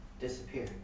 disappear